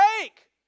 take